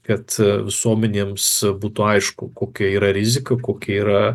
kad visuomenėms būtų aišku kokia yra rizika kokia yra